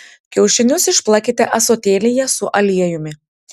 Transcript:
kiaušinius išplakite ąsotėlyje su aliejumi